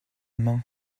main